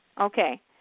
Okay